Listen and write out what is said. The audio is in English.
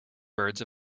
birds